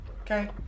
okay